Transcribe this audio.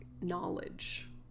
knowledge